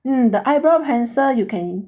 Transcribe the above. mm the eyebrow pencil you can